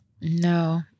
No